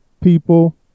people